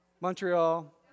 Montreal